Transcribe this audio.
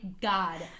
God